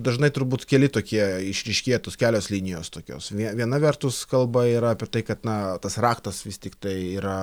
dažnai turbūt keli tokie išryškė kelios linijos tokios vie viena vertus kalba yra tai kad na tas raktas vis tiktai yra